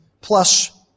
plus